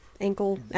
ankle